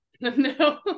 no